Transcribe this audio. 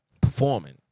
performing